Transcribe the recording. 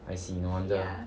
I see no wonder